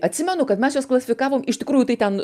atsimenu kad mes juos klasifikavom iš tikrųjų tai ten